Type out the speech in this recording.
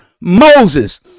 Moses